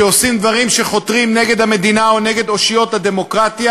שעושים דברים שחותרים נגד המדינה או נגד אושיות הדמוקרטיה,